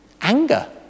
anger